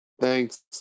Thanks